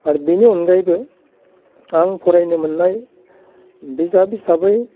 आरो बिनि अनगायैबो आं फरायनो मोननाय बिजाब हिसाबै